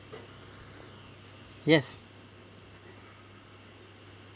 yes